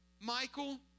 Michael